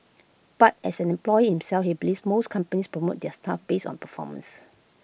but as an employee himself he believes most companies promote their staff based on performance